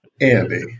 Andy